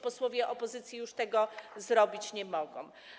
Posłowie opozycji już tego zrobić nie mogą.